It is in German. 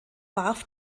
warf